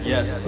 Yes